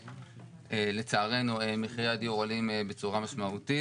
לצערנו מחירי הדיור עולים בצורה משמעותית.